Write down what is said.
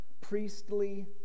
priestly